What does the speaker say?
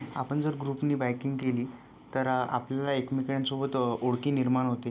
आपण जर ग्रुपने बाइकिंग केली तर आपल्याला एकमेकांसोबत ओळख निर्माण होते